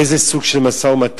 איזה סוג של משא-ומתן,